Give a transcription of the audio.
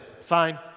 Fine